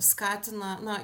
skatina na